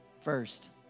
first